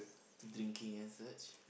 drinking and such